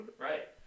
Right